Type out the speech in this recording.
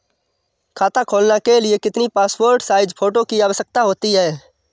खाता खोलना के लिए कितनी पासपोर्ट साइज फोटो की आवश्यकता होती है?